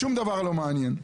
שום דבר לא מעניין.